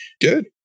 Good